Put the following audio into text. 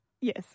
Yes